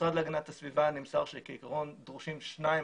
במשרד להגנת הסביבה נמסר שכעיקרון דרושים שתיים